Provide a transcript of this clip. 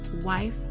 wife